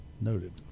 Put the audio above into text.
Noted